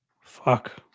Fuck